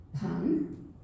pun